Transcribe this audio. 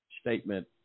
statement